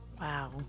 Wow